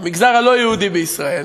המגזר הלא-יהודי בישראל,